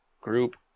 group